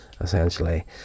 essentially